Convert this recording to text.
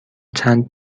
چند